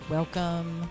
Welcome